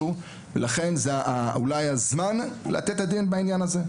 לכן זה אולי הזמן לתת את הדין בעניין הזה,